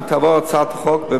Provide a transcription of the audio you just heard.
אם תעבור הצעת החוק,